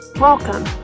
Welcome